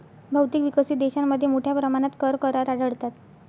बहुतेक विकसित देशांमध्ये मोठ्या प्रमाणात कर करार आढळतात